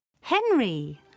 Henry